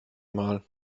mal